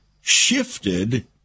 shifted